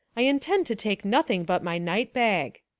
i intend to take nothing but my night bag.